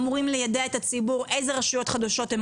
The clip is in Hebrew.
אמורים ליידע את הציבור איזה רשויות חדשות הן